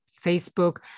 Facebook